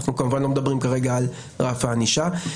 אנחנו כמובן לא מדברים כרגע על רף הענישה.